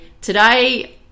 today